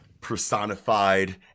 personified